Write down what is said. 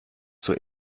zur